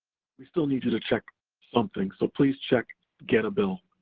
we still need you to check something, so please check get a bill.